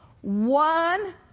One